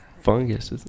fungus